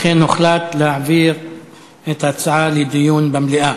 לכן, הוחלט להעביר את ההצעה לדיון במליאה.